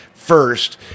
first